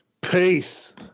Peace